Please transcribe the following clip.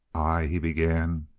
i he began.